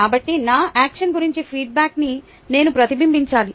కాబట్టి నా యాక్షన్గురించి ఫీడ్బ్యాక్న్ని నేను ప్రతిబింబించాలి